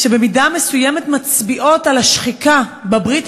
שבמידה מסוימת מצביעות על השחיקה בברית